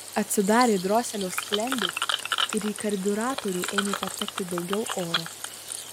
atsidarė droselio sklendė ir į karbiuratorių ėmė patekti daugiau oro